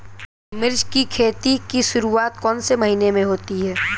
मिर्च की खेती की शुरूआत कौन से महीने में होती है?